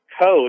code